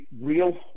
real